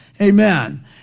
Amen